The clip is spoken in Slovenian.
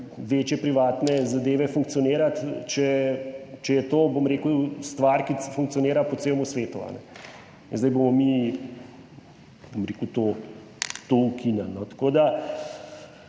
večje privatne zadeve funkcionirati, če je to stvar, ki funkcionira po celem svetu, in zdaj bomo mi to ukinili.